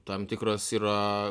tam tikras yra